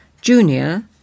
Junior